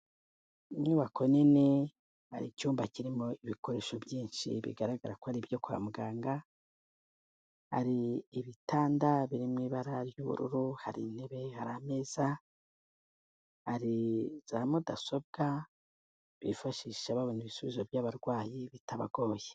Inyubako nini, hari icyumba kirimo ibikoresho byinshi bigaragara ko ari ibyo kwa muganga, hari ibitanda biri mu ibara ry'ubururu, hari intebe, hari ameza, hari za mudasobwa, bifashisha babona ibisubizo by'abarwayi bitabagoye.